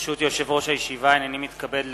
ברשות יושב-ראש הישיבה, הנני מתכבד להודיעכם,